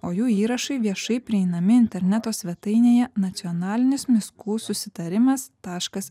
o jų įrašai viešai prieinami interneto svetainėje nacionalinis miskų susitarimas taškas